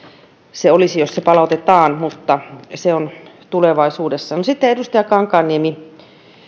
se palautetaan mutta se on tulevaisuudessa edustaja kankaanniemi